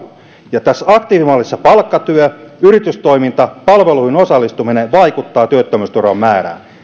ja tässä aktiivimallissa palkkatyö yritystoiminta palveluihin osallistuminen vaikuttavat työttömyysturvan määrään